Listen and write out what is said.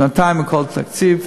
שנתיים לכל תקציב.